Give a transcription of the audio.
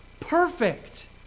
Perfect